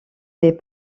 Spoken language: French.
des